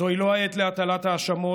זוהי לא העת להטלת האשמות.